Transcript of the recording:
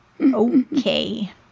Okay